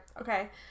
Okay